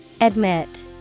Admit